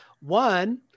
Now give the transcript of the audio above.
one